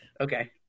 Okay